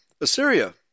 Assyria